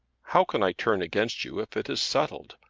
how can i turn against you if it is settled?